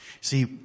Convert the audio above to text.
See